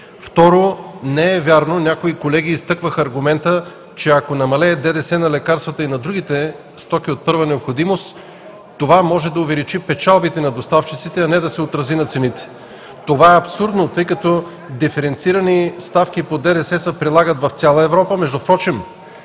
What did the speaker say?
групи. Не е вярно – някои колеги изтъкваха аргумента, че ако намалее ДДС на лекарствата и на другите стоки от първа необходимост, това може да увеличи печалбите на доставчиците, а не да се отрази на цените. Това е абсурдно, тъй като диференцирани ставки по ДДС се прилагат в цяла Европа. Между другото,